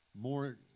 More